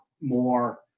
more